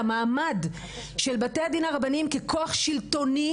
המעמד של בתי הדין הרבניים ככוח שלטוני,